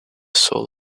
soul